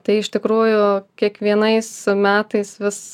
tai iš tikrųjų kiekvienais metais vis